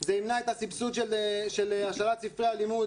‏זה ימנע את סבסוד השאלת ספרי הלימוד,